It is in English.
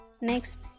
Next